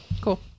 Cool